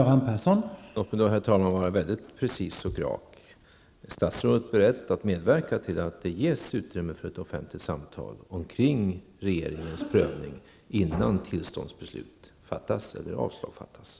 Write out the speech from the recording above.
Herr talman! Låt mig vara mycket precis och rak. Är statsrådet beredd att medverka till att det ges utrymme för ett offentligt samtal om regeringens prövning, innan tillståndsbeslut eller avslagsbeslut fattas?